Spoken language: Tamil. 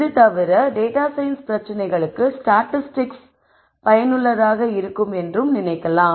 இது தவிர டேட்டா சயின்ஸ் பிரச்சினைகளுக்கு ஸ்டாட்டிஸ்டிக்ஸ் பயனுள்ளதாக இருக்கும் என்று நினைக்கலாம்